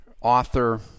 author